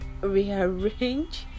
rearrange